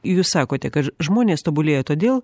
jūs sakote kad žmonės tobulėja todėl